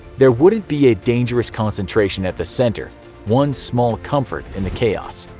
there wouldn't be a dangerous concentration at the center one small comfort in the chaos.